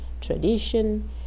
tradition